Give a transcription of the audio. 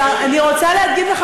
צריך להוסיף להם עוד,